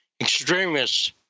extremists